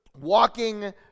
walking